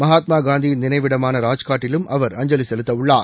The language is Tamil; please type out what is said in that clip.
மகாத்மா காந்தி நினைவிடமான ராஜ்காட்டிலும் அவர் அஞ்சலி செலுத்தவுள்ளார்